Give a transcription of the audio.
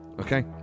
okay